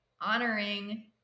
honoring